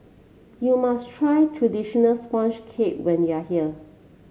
you must try traditional sponge cake when you are here